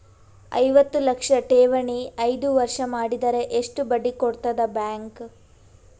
ಐವತ್ತು ಲಕ್ಷ ಠೇವಣಿ ಐದು ವರ್ಷ ಮಾಡಿದರ ಎಷ್ಟ ಬಡ್ಡಿ ಕೊಡತದ ಬ್ಯಾಂಕ್?